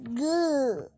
good